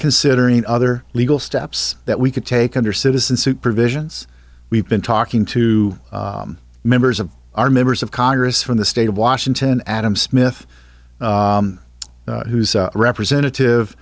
considering other legal steps that we could take under citizen supervisions we've been talking to members of our members of congress from the state of washington adam smith who's representative